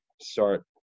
start